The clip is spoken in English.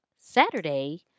Saturday